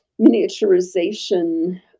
miniaturization